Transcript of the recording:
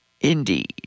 Indeed